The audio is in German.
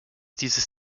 dieses